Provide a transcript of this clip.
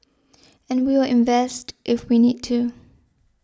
and we will invest if we need to